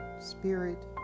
spirit